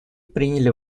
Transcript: приняли